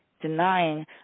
denying